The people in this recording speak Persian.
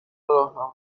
راهنمایی